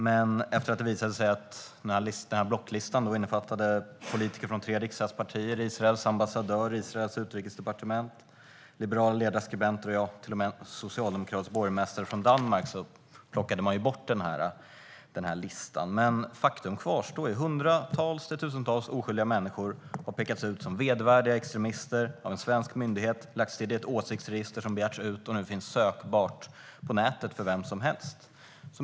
Men sedan det visat sig att blocklistan innefattade politiker från tre riksdagspartier, Israels ambassadör, Israels utrikesdepartement, liberala ledarskribenter och till och med en socialdemokratisk borgmästare från Danmark plockade man bort den. Faktum kvarstår dock. Hundratals eller tusentals oskyldiga människor har pekats ut som vedervärdiga extremister av en svensk myndighet och lagts till i ett åsiktsregister som har begärts ut och nu finns sökbart på nätet för vem som helst.